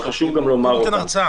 אבל חשוב גם לומר אותם,